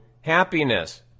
happiness